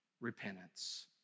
repentance